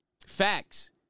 Facts